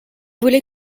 voulez